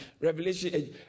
Revelation